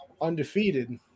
undefeated